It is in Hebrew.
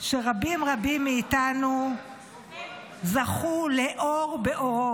שרבים רבים מאיתנו זכו לאור באורו,